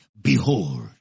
Behold